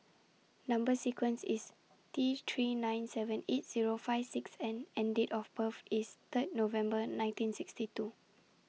Number sequence IS T three nine seven eight Zero five six N and Date of birth IS Third November nineteen sixty two